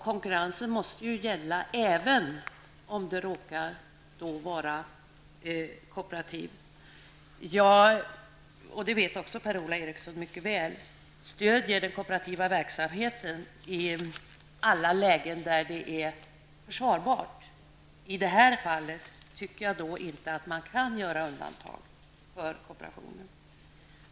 Konkurrenskravet måste gälla även om verksamheten råkar vara kooperativ. Som Per-Ola Eriksson mycket väl vet stöder jag den kooperativa verksamheten i alla lägen där det är försvarbart. I det här fallet tycker jag inte att man kan göra undantag för kooperationen.